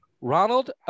ronald